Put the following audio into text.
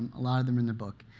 a lot of them in the book.